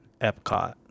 Epcot